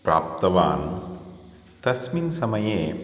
प्राप्तवान् तस्मिन् समये